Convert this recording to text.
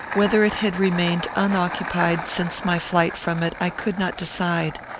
whether it had remained unoccupied since my flight from it, i could not decide.